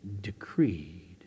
decreed